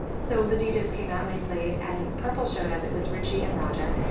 so the djs came out and they played, and purple showed up, it was ritchie and roger.